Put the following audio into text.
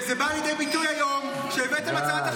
זה בא לידי ביטוי היום כשהבאתם הצעת החלטה --- די,